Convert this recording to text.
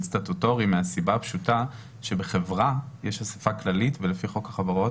סטטוטורי וזאת מהסיבה הפשוטה שבחברה יש אסיפה כללית ולפי חוק החברות